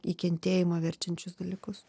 į kentėjimą verčiančius dalykus